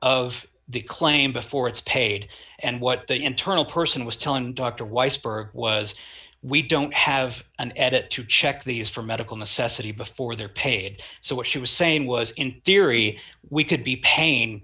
of the claim before it's paid and what the internal person was telling dr weissberg was we don't have an edit to check these for medical necessity before they're paid so what she was saying was in theory we could be paying